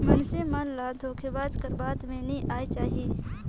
मइनसे मन ल धोखेबाज कर बात में नी आएक चाही